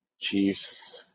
Chiefs